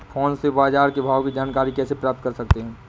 Phone से बाजार के भाव की जानकारी कैसे प्राप्त कर सकते हैं?